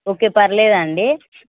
okay పర్లేదండి